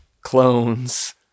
clones